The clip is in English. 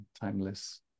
timeless